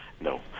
No